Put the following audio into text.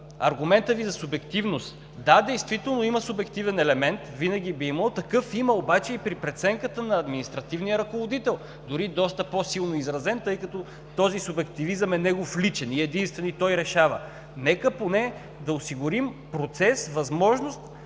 аргумента ни за субективност – да, действително има субективен елемент, винаги би имало, такъв има обаче и при преценката на административния ръководител. Дори доста по-силно изразен, тъй като този субективизъм е негов личен и единствен, и той решава. Нека поне да осигурим процес, възможност,